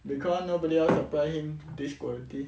because nobody else supply him this quality